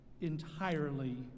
entirely